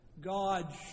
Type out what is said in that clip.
God